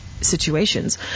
Situations